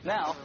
Now